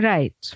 Right